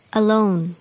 alone